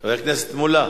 חבר הכנסת מולה,